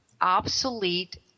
obsolete